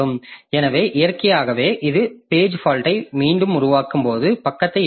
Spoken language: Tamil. எனவே இயற்கையாகவே இது பேஜ் ஃபால்ட்யை மீண்டும் உருவாக்கும்போது பக்கத்தை ஏற்ற வேண்டும்